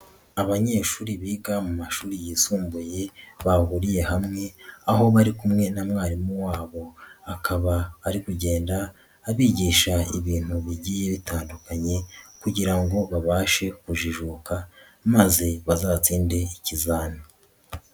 Abanyeshuri biga mu mashuri yisumbuye, bahuriye hamwe, aho bari kumwe na mwarimu wabo. Akaba ari kugenda abigisha ibintu bigiye bitandukanye kugira ngo babashe kujijuka maze bazatsinde ikizami.